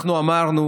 אנחנו אמרנו